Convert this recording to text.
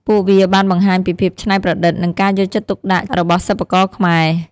ពួកវាបានបង្ហាញពីភាពច្នៃប្រឌិត និងការយកចិត្តទុកដាក់របស់សិប្បករខ្មែរ។